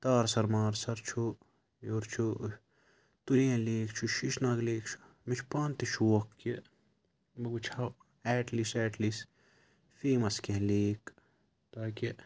تارسَر مارسَر چھُ یورٕ چھُ تُلین لیک چھُ شیٖشہٕ ناگ لیک چھُ مےٚ چھُ پانہٕ تہِ شوق کہِ بہٕ وُچھ ہا at least at least famous کیٚنٛہہ لیک تاکہِ